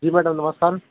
जी madam नमस्कार